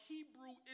Hebrew